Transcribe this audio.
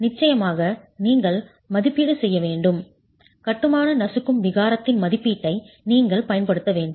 நிச்சயமாக நீங்கள் மதிப்பீடு செய்ய வேண்டும் கட்டுமான நசுக்கும் விகாரத்தின் மதிப்பீட்டை நீங்கள் பயன்படுத்த வேண்டும்